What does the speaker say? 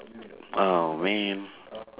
!aww! man